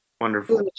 Wonderful